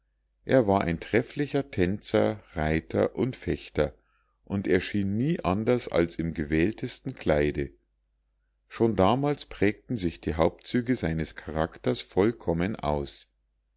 er war ein trefflicher tänzer reiter und fechter und erschien nie anders als im gewähltesten kleide schon damals prägten sich die hauptzüge seines charakters vollkommen aus